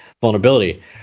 vulnerability